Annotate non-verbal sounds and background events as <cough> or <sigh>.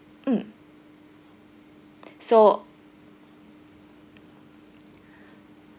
mm so <breath>